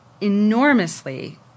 enormously